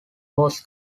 was